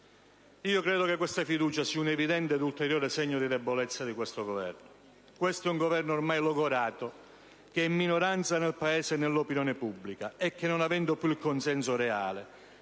io credo che questa fiducia sia un evidente ed ulteriore segno di debolezza del Governo. Questo è un Governo ormai logorato, che è minoranza nel Paese e nell'opinione pubblica e che, non avendo più il consenso reale,